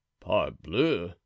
parbleu